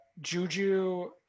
Juju